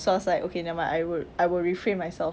so I was like okay nevermind I will I will refrain myself